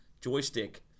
joystick